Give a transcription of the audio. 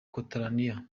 catalonia